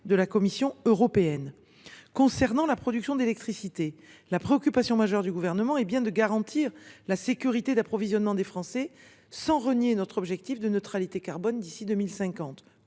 de la Commission européenne. Concernant la production d’électricité, la préoccupation majeure du Gouvernement est bien de garantir la sécurité d’approvisionnement des Français, sans renier notre objectif de neutralité carbone d’ici à 2050.